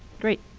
great.